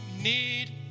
need